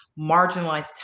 marginalized